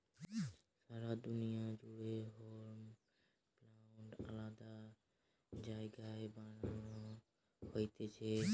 সারা দুনিয়া জুড়ে hemp plant আলাদা জায়গায় বানানো হতিছে